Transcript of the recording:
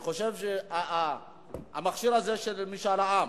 אני חושב שהמכשיר הזה, של משאל עם,